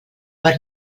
per